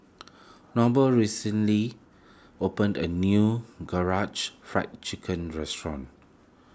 Noble recently opened a new Karaage Fried Chicken restaurant